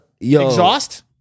exhaust